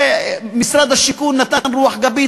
משרד השיכון נתן רוח גבית